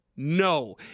No